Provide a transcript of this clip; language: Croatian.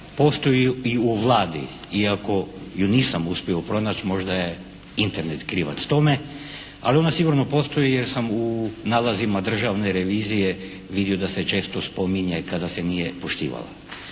postoji i u Vladi, iako ju nisam uspio pronaći, možda je Internet krivac tome, ali ona sigurno postoji jer sam u nalazima državne revizije vidio da se često spominje kada se nije poštivala.